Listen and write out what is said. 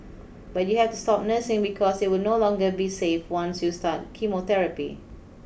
but you have to stop nursing because it will no longer be safe once you start chemotherapy